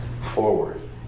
forward